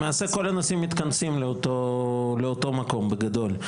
למעשה כל הנושאים מתכנסים לאותו מקום בגדול.